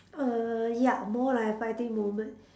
err ya more like a frightening moment